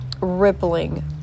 rippling